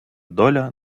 доля